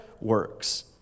works